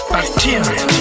Bacteria